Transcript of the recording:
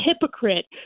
hypocrite